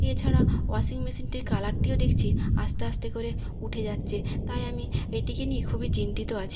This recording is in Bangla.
এছাড়া ওয়াশিং মেশিনটির কালারটিও দেখছি আস্তে আস্তে করে উঠে যাচ্ছে তাই আমি এটিকে নিয়ে খুবই চিন্তিত আছি